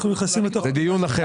-- זה דיון אחר.